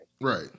Right